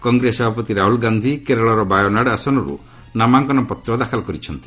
କଂଗ୍ରେସ ସଭାପତି ରାହୁଲ ଗାନ୍ଧୀ କେରଳର ବାୟୋନାଡ ଆସନରୁ ନାମାଙ୍କନ ପତ୍ର ଦାଖଲ କରିଛନ୍ତି